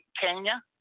Kenya